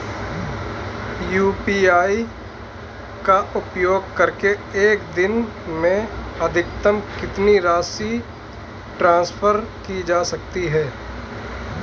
UPI का उपयोग करके एक दिन में अधिकतम कितनी राशि ट्रांसफर की जा सकती है?